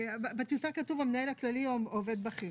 בטיוטה כתוב המנהל הכללי או עובד כללי,